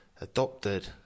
adopted